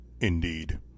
Indeed